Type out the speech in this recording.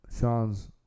Sean's